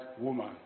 woman